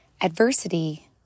Adversity